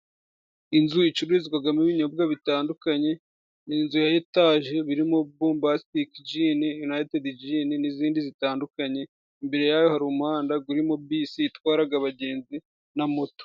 Inzu icururizwagamo ibinyobwa bitandukanye, ni inzu ya etaje birimo bombasitiki jini, yunayitidi jini n'izindi zitandukanye, imbere ya yo hari umuhanda gurimo bisi yatwaraga abagenzi na moto.